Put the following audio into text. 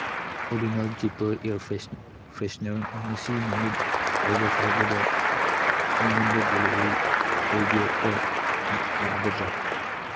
Odonil zipper air freshener ꯉꯁꯤ ꯅꯨꯃꯤꯠ ꯂꯩꯕ ꯐꯥꯎꯕꯗ ꯑꯩꯉꯣꯟꯗ ꯗꯤꯂꯤꯚꯔꯤ ꯇꯧꯕꯤꯔꯛꯄ ꯌꯥꯒꯗ꯭ꯔ